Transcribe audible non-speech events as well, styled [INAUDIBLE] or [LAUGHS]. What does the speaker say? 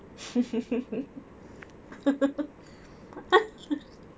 [LAUGHS]